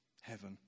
heaven